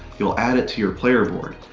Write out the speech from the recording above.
you'll add it to your player board.